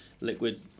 liquid